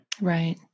Right